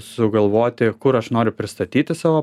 sugalvoti kur aš noriu pristatyti savo